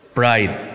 pride